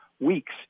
weeks